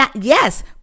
Yes